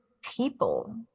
people